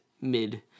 mid